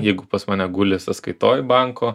jeigu pas mane guli sąskaitoj banko